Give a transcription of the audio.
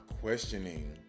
questioning